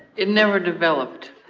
it never developed